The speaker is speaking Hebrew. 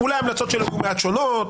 אולי ההמלצות שלו יהיו מעט שונות,